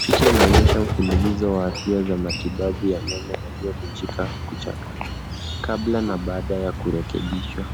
Picha inaonyesha mfumilizo wa hatua za matibabu ya meno yaliyovunjika au kuchakaa, kabla na baada ya kurekebishwa,